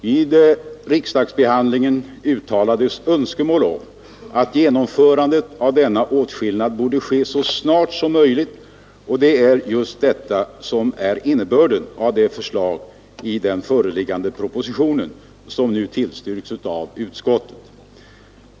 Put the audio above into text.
Vid riksdagsbehandlingen uttalades önskemål att genomförandet av denna åtskillnad borde ske så snart som möjligt, och det är just detta som är innebörden av det förslag i den föreliggande propositionen som nu tillstyrkts av utskottet.